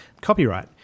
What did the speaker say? copyright